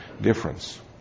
difference